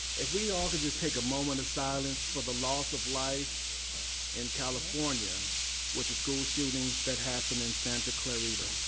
if we all could just take a moment of silence for the loss of life in california with the school shootings that happened in santa clarita.